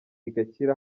igakira